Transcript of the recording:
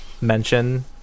mention